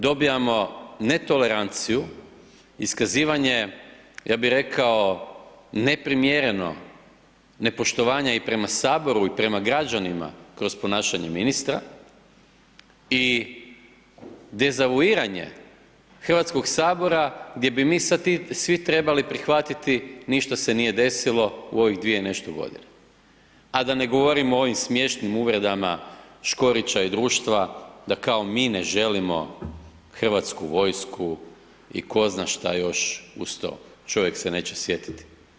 Dobijemo netoleranciju, iskazivanje ja bi rekao, neprimjereno nepoštovanje i prema Saboru i prema građanima kroz ponašanje ministra i dezavuiranje Hrvatskog sabora gdje bi mi sad svi trebali prihvatiti ništa se nije desilo u ovih 2 i nešto godine a da ne govorim o ovim smiješnim uvredama Škorića i društva da kao mi ne želimo Hrvatsku vojsku i tko zna šta još uz to čovjek se neće sjetiti.